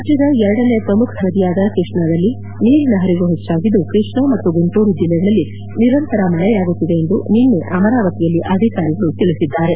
ರಾಜ್ಯದ ಎರಡನೇ ಪ್ರಮುಖ ನದಿಯಾದ ಕೃಷ್ಣದಲ್ಲಿ ನೀರಿನ ಹರಿವು ಹೆಚ್ಚಾಗಿದ್ದು ಕೃಷ್ಣ ಮತ್ತು ಗುಂಟೂರು ಜಿಲ್ಲೆಗಳಲ್ಲಿ ನಿರಂತರ ಮಳೆಯಾಗುತ್ತಿದೆ ಎಂದು ನಿನ್ನೆ ಅಮರಾವತಿಯಲ್ಲಿ ಅಧಿಕಾರಿಗಳು ತಿಳಿಸಿದ್ದಾರೆ